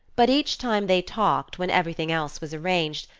but each time they talked, when everything else was arranged,